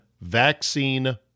vaccine